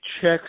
checks